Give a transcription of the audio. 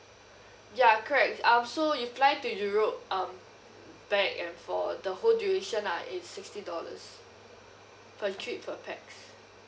ya correct um so you fly to europe um back and for the whole duration ah it's sixty dollars per trip per pax